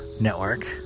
network